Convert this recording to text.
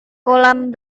kolam